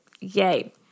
Yay